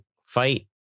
fight